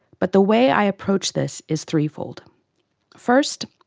but the way i approach this is three-fold first,